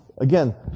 Again